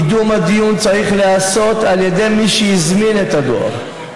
קידום הדיון צריך להיעשות על ידי מי שהזמין את הדוח.